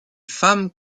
femmes